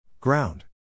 Ground